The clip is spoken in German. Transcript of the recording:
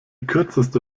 kürzeste